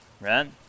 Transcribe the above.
Right